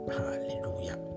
Hallelujah